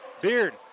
Beard